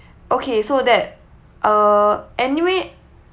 okay so that uh anyway